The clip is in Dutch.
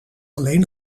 alleen